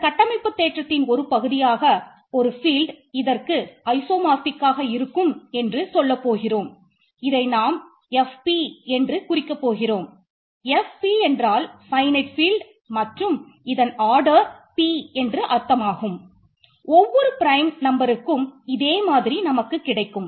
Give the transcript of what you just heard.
இந்த கட்டமைப்பு தேற்றத்தின் ஒரு பகுதியாக ஒரு ஃபீல்ட் இதே மாதிரி நமக்கு கிடைக்கும்